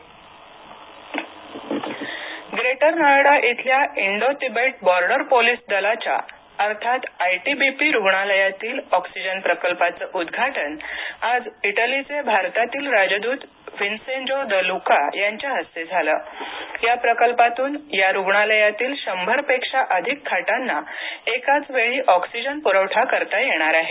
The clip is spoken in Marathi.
इटली ऑक्सीजन ग्रेटर नोएडा इथल्या इंडो तिबेट बॉर्डर पोलिस दलाच्या अर्थात आयटीबीपी रुग्णालयातील ऑक्सीजन प्रकल्पाचं उद्घाटन आज इटलीचे भारतातील राजदूत व्हिन्सेंजो द लुका यांच्या हस्ते झालं या प्रकल्पातून या रुग्णालयातील शंभरपेक्षा अधिक खाटांना एकाच वेळी ऑक्सीजन पुरवठा करतायेणार आहे